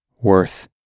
worth